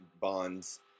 bonds